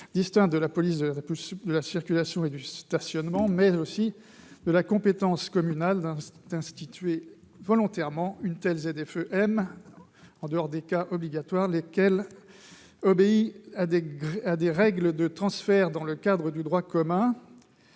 des pouvoirs de police de la circulation et du stationnement, mais aussi de la compétence communale d'instituer volontairement une telle ZFE-m - en dehors des cas obligatoires -, laquelle obéit à des règles de transfert dans le cadre du droit commun.